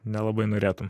nelabai norėtum